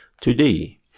Today